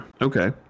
Okay